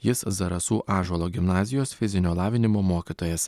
jis zarasų ąžuolo gimnazijos fizinio lavinimo mokytojas